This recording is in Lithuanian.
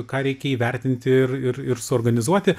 ką reikia įvertinti ir ir ir suorganizuoti